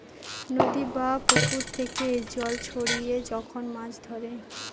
নদী বা পুকুর থেকে জাল ছড়িয়ে যখন মাছ ধরে